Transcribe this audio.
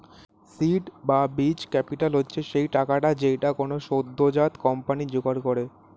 seed বা বীজ capital হচ্ছে সেই টাকাটা যেইটা কোনো সদ্যোজাত কোম্পানি জোগাড় করে